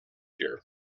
year